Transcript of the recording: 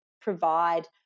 provide